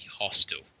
hostel